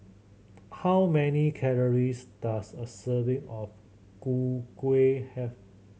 how many calories does a serving of Gu Kueh